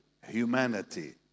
humanity